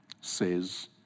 says